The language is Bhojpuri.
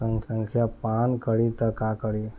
संखिया पान करी त का करी?